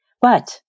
But-